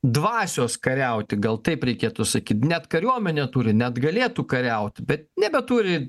dvasios kariauti gal taip reikėtų sakyti net kariuomenę turi net galėtų kariauti bet nebeturi